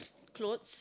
clothes